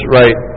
right